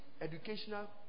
educational